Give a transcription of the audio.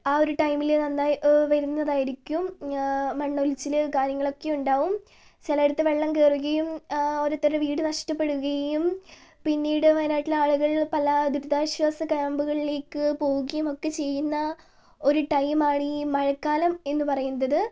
ആ ഒരു ടൈമിൽ നന്നായി വരുന്നതായിരിക്കും മണ്ണ് ഒലിച്ചിൽ കാര്യങ്ങളൊക്കെ ഉണ്ടാവും ചിലയിടത്ത് വെള്ളം കയറുകയും ഓരോരുത്തരുടെ വീട് നഷ്ടപ്പെടുകയും പിന്നീട് വയനാട്ടിലെ ആളുകൾ പല ദുരിതാശ്വാസ ക്യാമ്പുകളിലേക്ക് പോവുകയും ഒക്കെ ചെയ്യുന്ന ഒരു ടൈം ആണ് ഈ മഴക്കാലം എന്നു പറയുന്നത്